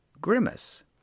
grimace